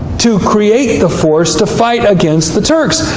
to create the force, to fight against the turks.